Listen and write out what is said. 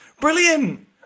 brilliant